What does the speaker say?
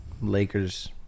Lakers